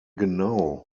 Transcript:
genau